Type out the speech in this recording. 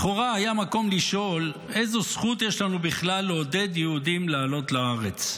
לכאורה היה מקום לשאול: איזו זכות יש לנו בכלל לעודד יהודים לעלות לארץ?